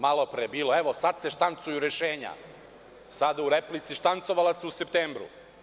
Malopre je bilo - evo sad se štancuju rešenja, sada u replici - štancovala su se u septembru.